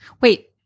Wait